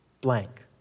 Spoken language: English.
blank